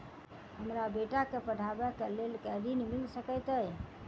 हमरा बेटा केँ पढ़ाबै केँ लेल केँ ऋण मिल सकैत अई?